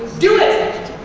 do it.